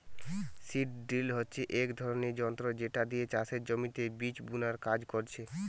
seed drill হচ্ছে এক ধরণের যন্ত্র যেটা দিয়ে চাষের জমিতে বীজ বুনার কাজ করছে